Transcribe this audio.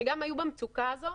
שגם היו במצוקה הזו.